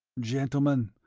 gentlemen,